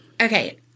Okay